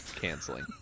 canceling